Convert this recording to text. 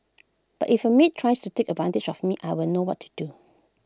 but if A maid tries to take advantage of me I'll know what to do